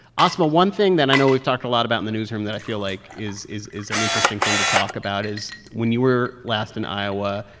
asma, one thing that i know we've talked a lot about in the newsroom that i feel like is is an interesting thing to talk about is when you were last in iowa,